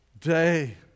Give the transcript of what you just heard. Day